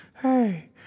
hey